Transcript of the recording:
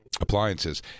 appliances